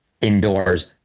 indoors